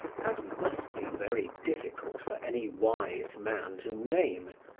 that must be very difficult for any wise man to name,